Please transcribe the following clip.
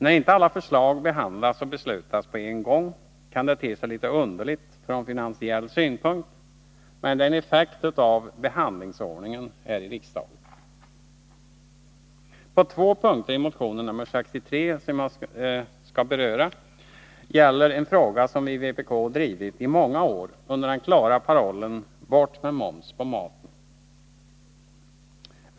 När inte alla förslag behandlas och beslutas på en gång kan det te sig litet underligt från finansiell synpunkt, men det är en effekt av behandlingsordningen här i riksdagen. De två punkter i motionen nr 63 som jag skall beröra gäller en fråga som vi i vpk drivit i många år under den klara parollen ”bort med moms på maten!”.